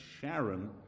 Sharon